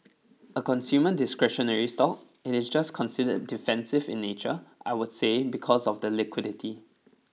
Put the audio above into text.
a consumer discretionary stock it is just considered defensive in nature I would say because of the liquidity